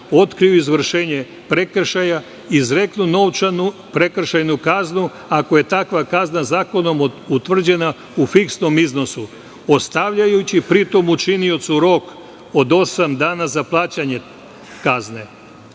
otkriju izvršenje prekršaja izreknu novčanu prekršajnu kaznu ako je takva kazna zakonom utvrđena u fiksnom iznosu, ostavljajući pri tom učiniocu rok od osam dana za plaćanje